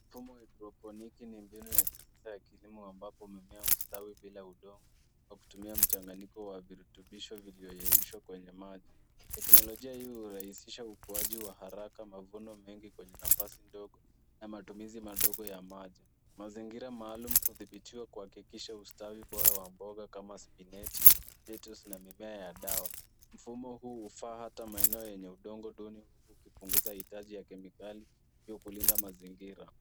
Mfumo wa haidroponiki ni mbinu ya kisasa ya kilimo ambapo mimea hustawi bila udongo kwa kutumia mchanganyiko wa virutubisho viliyoyeyushwa kwenye maji. Teknolojia hii hurahisisha ukuaji wa haraka mavuno mengi kwenye nafasi ndogo na matumizi madogo ya maji. Mazingira maalum hudhibitiwa kuhakikisha ustawi bora wa mboga kama spinechi, lettuce na mimea ya dawa. Mfumo huu hufaa hata maeneo yenye udongo duni huku ikipunguza hitaji ya kemikali hivyo kulinda mazingira.